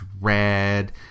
red